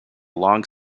long